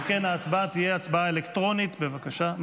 אם כן, ההצבעה תהיה הצבעה אלקטרונית, בבקשה.